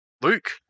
Luke